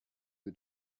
who